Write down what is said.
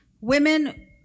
Women